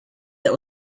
that